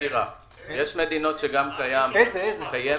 שלחנו לכם איטליה שנתיים,